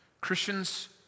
Christians